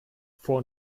vor